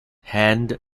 hand